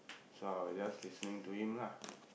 so I was just listening to him lah